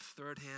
thirdhand